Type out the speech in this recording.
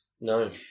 No